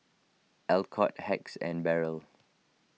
Alcott Hacks and Barrel